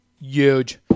Huge